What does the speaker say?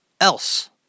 else